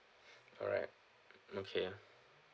alright okay